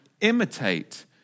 imitate